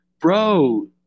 Bro